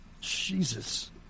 Jesus